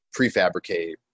prefabricate